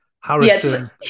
Harrison